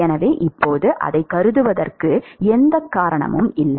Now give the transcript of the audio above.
எனவே இப்போது அதைக் கருதுவதற்கு எந்த காரணமும் இல்லை